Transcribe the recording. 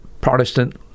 Protestant